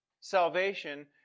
salvation